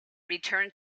returned